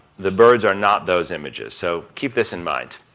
the birds are not those images, so keep this in mind.